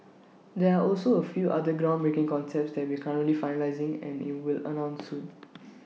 there are also A few other groundbreaking concepts that we currently finalising and IT will announce soon